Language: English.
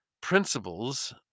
principles